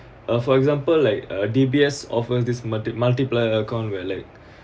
uh for example like uh D_B_S offer this multi~ multiplier account where like